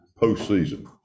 postseason